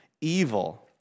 evil